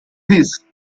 pease